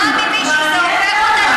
מעניין למה.